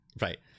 right